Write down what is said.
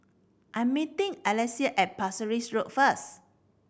I'm meeting Alesia at Parsi Road first